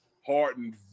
hardened